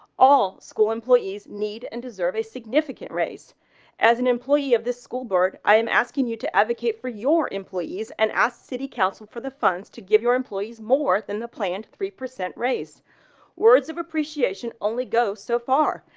all school employees need and deserve a significant race as an employee of the school board. i am asking you to advocate for your employees and asked city council for the funds to give your employees more than the planned three percent raise words of appreciation only go so far,